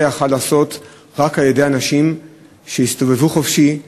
זה יכול היה להיעשות רק על-ידי אנשים שהסתובבו חופשי,